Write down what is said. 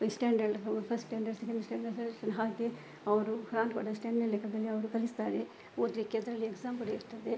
first standard first standard second standard third standard ಹಾಗೆ ಅವರು Quran ಕೂಡ ಸ್ಟ್ಯಾಂಡರ್ಡ್ ಲೆಕ್ಕದಲ್ಲಿ ಅವರು ಕಲಿಸ್ತಾರೆ ಓದಲಿಕ್ಕೆ ಅದರಲ್ಲಿ ಎಕ್ಸಾಮ್ ಕೂಡ ಇರ್ತದೆ